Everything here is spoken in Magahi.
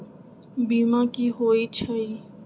बीमा कि होई छई?